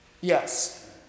Yes